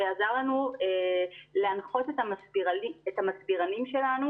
שעזר לנו להנחיות את המסבירנים שלנו